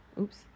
Oops